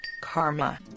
karma